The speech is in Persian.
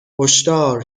هشدار